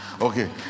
Okay